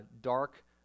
dark